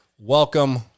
Welcome